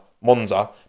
Monza